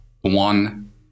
one